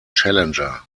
challenger